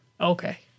okay